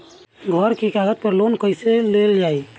घर के कागज पर लोन कईसे लेल जाई?